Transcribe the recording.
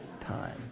time